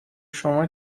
شما